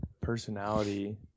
personality